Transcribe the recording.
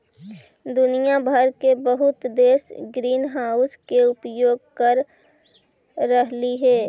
दुनिया भर के बहुत देश ग्रीनहाउस के उपयोग कर रहलई हे